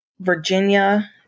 Virginia